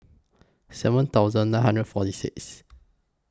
seven thousand nine hundred forty six